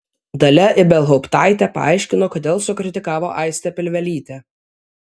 dalia ibelhauptaitė paaiškino kodėl sukritikavo aistę pilvelytę